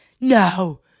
no